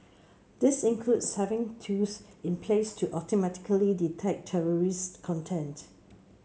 this includes having tools in place to automatically detect terrorist content